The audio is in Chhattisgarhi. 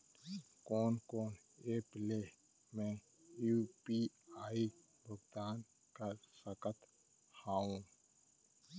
कोन कोन एप ले मैं यू.पी.आई भुगतान कर सकत हओं?